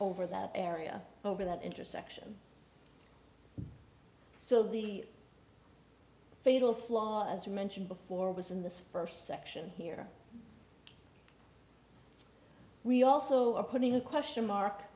over that area over that intersection so the fatal flaw as you mentioned before was in the spurs section here we also are putting a question mark